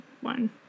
one